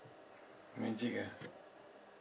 magic ah